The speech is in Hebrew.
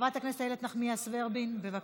חברת הכנסת איילת נחמיאס ורבין, בבקשה.